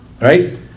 right